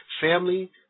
family